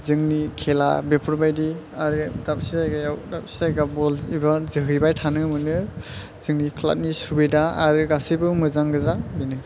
जोंनि खेला बेफोरबादि आरो दाबसे जायगायाव बल एबा जोहैबाय थानो मोनो जोंनि ख्लाबनि सुबिदा आरो गासैबो मोजां गोजा बेनो